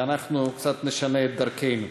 ואנחנו קצת נשנה את דרכינו.